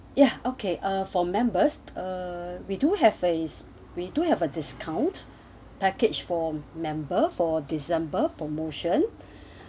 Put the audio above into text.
ya okay uh for members uh we do have face we do have a discount package for member for december promotion